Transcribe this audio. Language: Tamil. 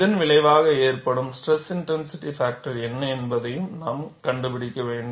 இதன் விளைவாக ஏற்படும் ஸ்ட்ரெஸ் இன்டென்சிட்டி பாக்டர் என்ன என்பதையும் நாம் கண்டுபிடிக்க வேண்டும்